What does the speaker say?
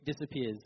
disappears